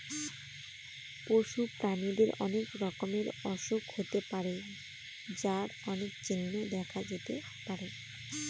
পশু প্রাণীদের অনেক রকমের অসুখ হতে পারে যার অনেক চিহ্ন দেখা যেতে পারে